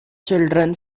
children